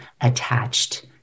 attached